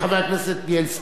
חבר הכנסת בילסקי,